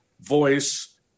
voice